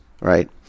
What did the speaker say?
right